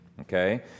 Okay